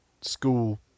school